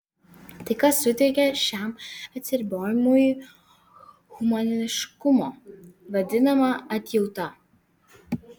tai kas suteikia šiam atsiribojimui humaniškumo vadinama atjauta